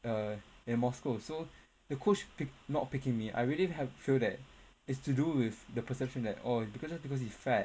uh and mostly also the coach pick~ not picking me I really have the feel that is to do with the perception that oh perception he's fat